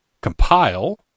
compile